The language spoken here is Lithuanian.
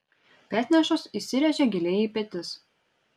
petnešos įsiręžia giliai į petis